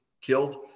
killed